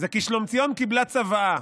כי שלומציון קיבלה צוואה,